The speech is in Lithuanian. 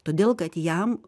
todėl kad jam